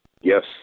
Yes